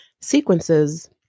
sequences